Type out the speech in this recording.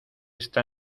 esta